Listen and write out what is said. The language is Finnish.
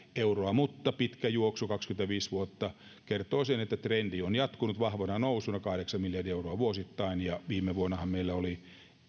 euroa mutta pitkä juoksu kaksikymmentäviisi vuotta kertoo sen että trendi on jatkunut vahvana nousuna kahdeksan miljardia euroa vuosittain ja viime vuonnahan meillä oli